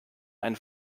einen